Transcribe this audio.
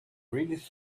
greenish